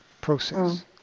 process